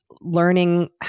learning